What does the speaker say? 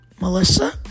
Melissa